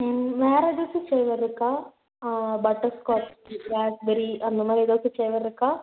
ம் வேற எதாச்சும் ஃப்ளேவர் இருக்கா பட்டர் ஸ்காட்ச்சு ப்ளாக்பெரி அந்தமாதிரி ஏதாச்சும் ஃப்ளேவர் இருக்கா